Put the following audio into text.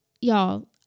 y'all